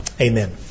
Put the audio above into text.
amen